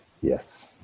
Yes